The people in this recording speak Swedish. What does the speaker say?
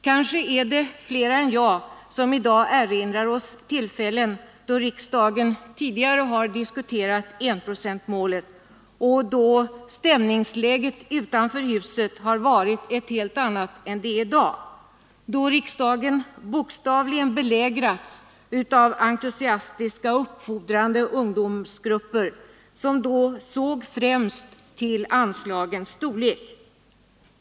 Kanske är det fler än jag som i dag erinrar sig tillfällen då riksdagen tidigare har diskuterat enprocentsmålet och då stämningsläget utanför huset har varit ett helt annat än det är i dag, då riksdagen bokstavligen belägrades av entusiastiska och uppfordrande ungdomsgrupper som då såg främst till anslagens storlek.